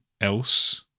else